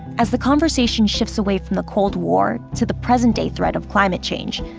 as the conversation shifts away from the cold war to the present-day threat of climate change,